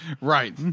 Right